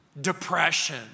depression